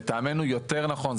לטעמנו יותר נכון,